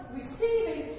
receiving